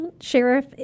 Sheriff